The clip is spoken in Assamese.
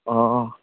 অঁ অঁ